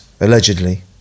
allegedly